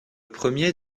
premier